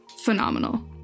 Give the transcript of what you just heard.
Phenomenal